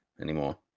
anymore